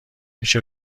میشه